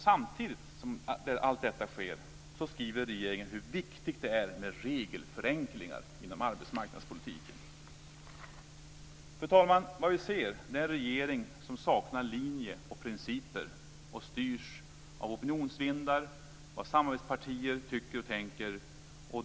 Samtidigt som allt detta sker skriver regeringen hur viktigt det är med regelförenklingar inom arbetsmarknadspolitiken. Fru talman! Vad vi ser är en regering som saknar linje och principer, som styrs av opinionsvindar och av vad samarbetspartier tycker och tänker.